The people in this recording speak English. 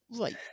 right